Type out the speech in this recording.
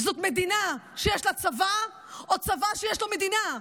זו מדינה שיש לה צבא או צבא שיש לו מדינה?